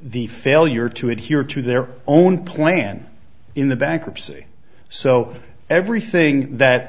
the failure to adhere to their own plan in the bankruptcy so everything that